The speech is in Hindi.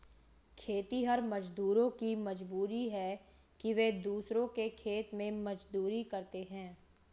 खेतिहर मजदूरों की मजबूरी है कि वे दूसरों के खेत में मजदूरी करते हैं